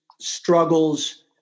struggles